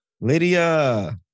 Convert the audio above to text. Lydia